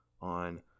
on